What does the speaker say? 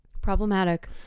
problematic